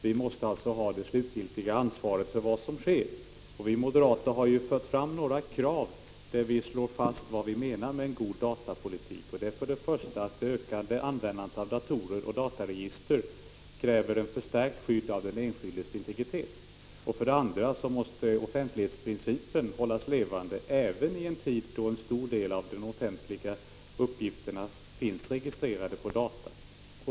Vi måste alltså ha det slutgiltiga ansvaret för vad som sker, och vi moderater har fört fram några krav där vi slår fast vad vi menar med en god datapolitik. Det är för det första att det ökade användandet av datorer och dataregister kräver förstärkt skydd av den enskildes integritet. För det andra måste offentlighetsprincipen hållas levande även i en tid då en stor del av offentliga uppgifter registreras på data.